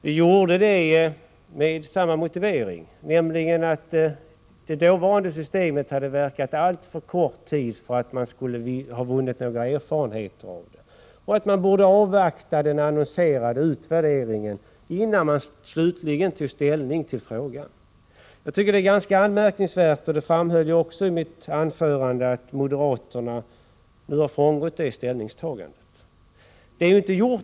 Vi gjorde det med samma motivering som nu, nämligen att systemet hade verkat alltför kort tid för att man skulle ha hunnit vinna några erfarenheter av det och att man borde avvakta den annonserade utvärderingen innan man slutligt tog ställning till frågan. Jag tycker det är ganska anmärkningsvärt — det framhöll jag också i mitt anförande — att moderaterna nu har frångått det ställningstagandet.